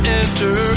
enter